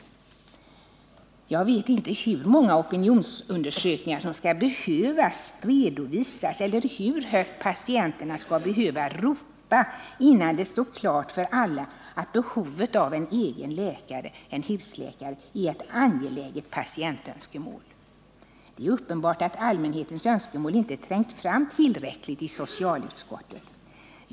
Jag vet inte hur många opinionsundersökningar som skall behöva redovisas eller hur högt patienterna skall behöva ropa innan det står klart för alla, att behovet av en egen läkare — en husläkare — är ett angeläget patientönskemål. Det är uppenbart, att allmänhetens önskemål inte trängt fram tillräckligt i socialutskottet.